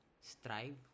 strive